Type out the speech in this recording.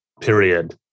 period